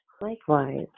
Likewise